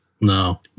no